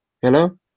Hello